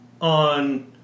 on